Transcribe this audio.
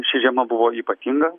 ši žiema buvo ypatinga